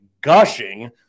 gushing